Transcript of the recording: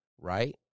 right